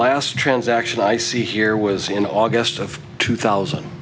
last transaction i see here was in august of two thousand